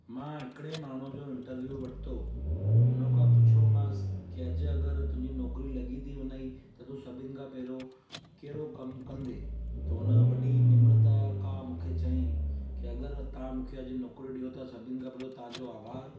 मां हिकिड़े माण्हू जो इंटरव्यू वरितो हुनखां पुछियोमांसि के अॼु अगरि तुंहिंजी नौकिरी लॻी थी वञई त तू सभिनि खां पहिरियों कहिड़ो कमु कंदे त हुन वॾी निम्रता खां मूंखे चयईं के अगरि तव्हां मूंखे अॼु नौकरी ॾियो त सभिनि खां पहिरियों तव्हांजो आभार